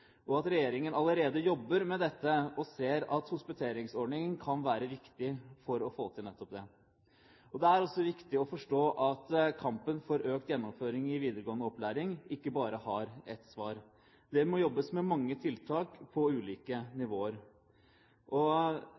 og at regjeringen allerede jobber med dette og ser at hospiteringsordningen kan være viktig for å få til nettopp det. Det er også viktig å forstå at kampen for økt gjennomføring i videregående opplæring ikke bare har ett svar. Det må jobbes med mange tiltak på ulike nivåer.